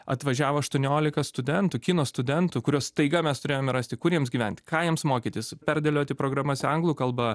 atvažiavo aštuoniolika studentų kino studentų kuriuos staiga mes turėjome rasti kur jiems gyventi ką jiems mokytis perdėlioti programas anglų kalba